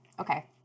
Okay